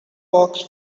box